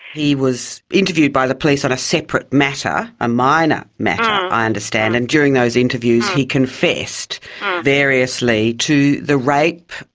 he was interviewed by the police on a separate matter, a minor matter i understand, and during those interviews he confessed variously to the rape,